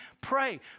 pray